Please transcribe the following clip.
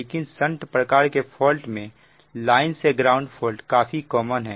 लेकिन संट प्रकार के फॉल्ट में लाइन से ग्राउंड फॉल्ट काफी कॉमन है